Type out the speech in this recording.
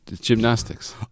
Gymnastics